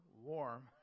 warm